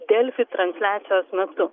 delfi transliacijos metu